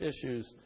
issues